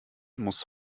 muss